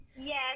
Yes